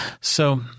So-